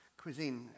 cuisine